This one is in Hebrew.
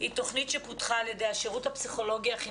היא תוכנית שפותחה על ידי השירות הפסיכולוגי-החינוכי